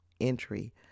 entry